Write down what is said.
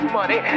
money